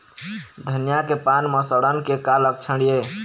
धनिया के पान म सड़न के का लक्षण ये?